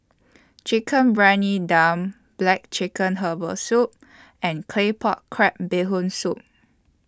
Chicken Briyani Dum Black Chicken Herbal Soup and Claypot Crab Bee Hoon Soup